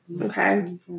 Okay